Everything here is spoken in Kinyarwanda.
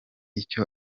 icyo